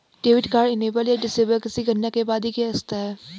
debit card enable या disable किसी घटना के बाद ही किया जा सकता है